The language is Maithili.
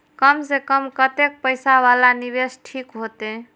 कम से कम कतेक पैसा वाला निवेश ठीक होते?